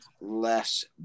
less